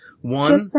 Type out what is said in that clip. One